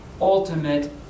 ultimate